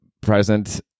present